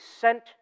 sent